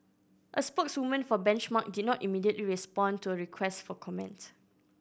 a spokeswoman for Benchmark did not immediately respond to a request for comment